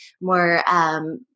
more